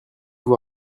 vous